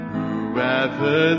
Whoever